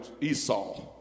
Esau